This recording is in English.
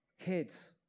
kids